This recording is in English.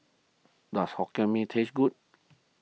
does Hokkien Mee taste good